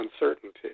uncertainty